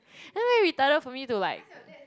then very retarded for me to like